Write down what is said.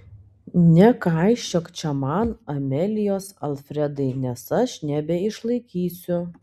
nekaišiok čia man amelijos alfredai nes aš nebeišlaikysiu